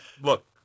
Look